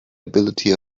ability